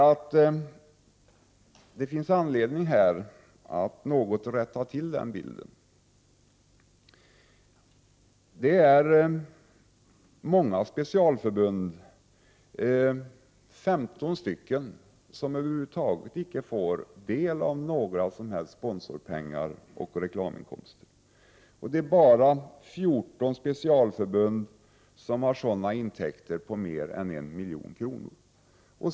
Det finns anledning att något rätta till den bilden. Det är många specialförbund — 15 stycken — som över huvud taget icke får del av några som helst sponsorspengar eller reklaminkomster. Det är bara 14 specialförbund som har sådana intäkter på mer än 1 milj.kr.